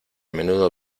menudo